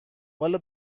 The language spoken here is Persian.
والا